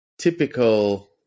typical